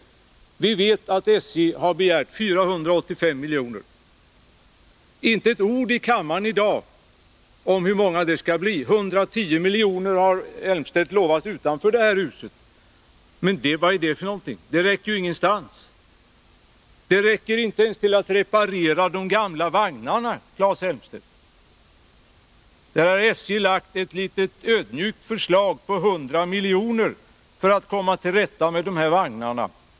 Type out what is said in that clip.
Vi vet att SJ har begärt 485 miljoner. Inte ett ord har vi hört i kammaren i dag om hur mycket SJ kommer att få. 110 miljoner har Claes Elmstedt utlovat att man utanför det här huset skall tillskjuta. Men det räcker ju ingenstans. Det räcker inte ens till för att reparera de gamla vagnarna, Claes Elmstedt. SJ har lagt fram ett ödmjukt förslag om att få 100 miljoner för att komma till rätta med dessa vagnar.